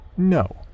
No